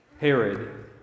Herod